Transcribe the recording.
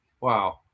Wow